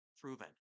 proven